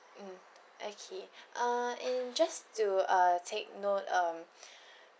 mm okay uh and just to uh take note um